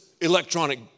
electronic